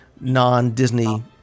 non-Disney